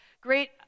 great